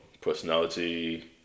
personality